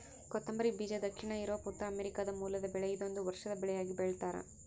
ಕೊತ್ತಂಬರಿ ಬೀಜ ದಕ್ಷಿಣ ಯೂರೋಪ್ ಉತ್ತರಾಮೆರಿಕಾದ ಮೂಲದ ಬೆಳೆ ಇದೊಂದು ವರ್ಷದ ಬೆಳೆಯಾಗಿ ಬೆಳ್ತ್ಯಾರ